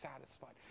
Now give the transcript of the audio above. satisfied